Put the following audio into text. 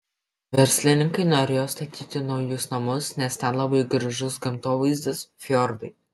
verslininkai norėjo statyti naujus namus nes ten labai gražus gamtovaizdis fjordai